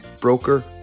broker